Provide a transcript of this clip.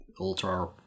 ultra